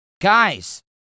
Guys